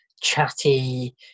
chatty